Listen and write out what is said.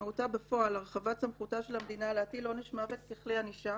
משמעותה בפועל הרחבת סמכותה של המדינה להטיל עונש מוות ככלי ענישה,